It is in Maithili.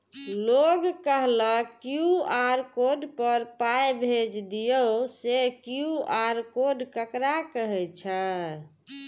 लोग कहलक क्यू.आर कोड पर पाय भेज दियौ से क्यू.आर कोड ककरा कहै छै?